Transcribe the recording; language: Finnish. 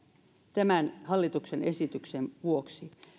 tämän hallituksen esityksen vuoksi